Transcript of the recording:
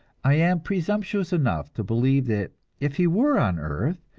i am presumptuous enough to believe that if he were on earth,